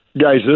Guys